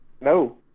No